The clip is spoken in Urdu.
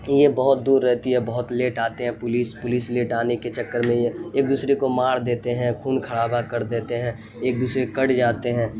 یہ بہت دور رہتی ہے بہت لیٹ آتے ہیں پولیس پولیس لیٹ آنے کے چکر میں ایک دوسرے کو مار دیتے ہیں خون خرابہ کرتے دیتے ہیں ایک دوسرے کٹ جاتے ہیں